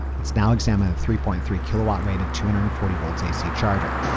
let's now examine the three point three kilowatts rated two hundred and forty volts ac charger.